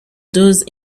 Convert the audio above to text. those